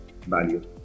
Value